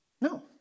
No